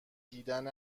دیدن